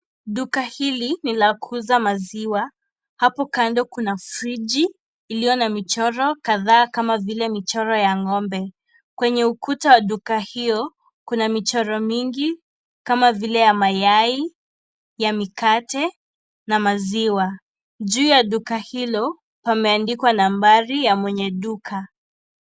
Duka hili ni la kuuza maziwa. Hapo kando kuna friji iliyo na michoro kadhaa kama vile, michoro ya ng'ombe. Kwenye ukuta wa duka hiyo kuna michoro mingi kama vile, ya mayai, ya mikate na maziwa. Juu ya duka hilo, pameandikwa nambari ya mwenye duka.